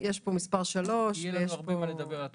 יהיה לנו הרבה מה לדבר על התרופות.